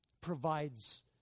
provides